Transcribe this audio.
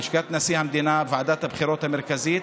לשכת נשיא המדינה וועדת הבחירות המרכזית,